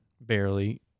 Barely